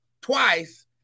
twice